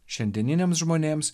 šiandieniniams žmonėms